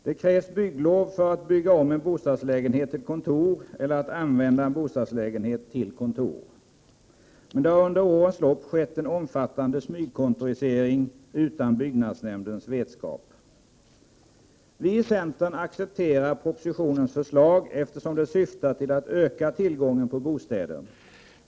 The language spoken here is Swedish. Det krävs bygglov för att bygga om en bostadslägenhet till kontor eller att använda en bostadslägenhet som kontor. Men det har under årens lopp skett en omfattande smygkontorisering utan byggnadsnämndens vetskap. Vi i centern accepterar propositionens förslag eftersom det syftar till att öka tillgången på bostäder.